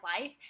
life